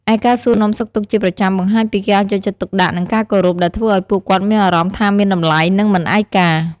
ឯការសួរនាំសុខទុក្ខជាប្រចាំបង្ហាញពីការយកចិត្តទុកដាក់ និងការគោរព ដែលធ្វើឱ្យពួកគាត់មានអារម្មណ៍ថាមានតម្លៃ និងមិនឯកា។